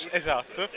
esatto